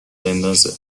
بندازه